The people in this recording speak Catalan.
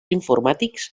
informàtics